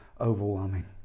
overwhelming